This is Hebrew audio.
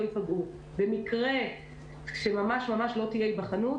ייפגעו במקרה שממש ממש לא תהיה היבחנות,